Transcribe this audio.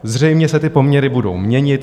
Zřejmě se ty poměry budou měnit.